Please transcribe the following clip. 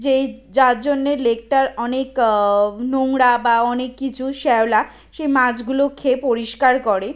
যেই যার জন্যে লেকটার অনেক নোংরা বা অনেক কিছু শ্যাওলা সে মাছগুলো খেয়ে পরিষ্কার করে